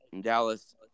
Dallas